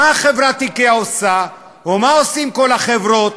מה חברת "איקאה" עושה ומה עושות כל החברות?